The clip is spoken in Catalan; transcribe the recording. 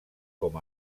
com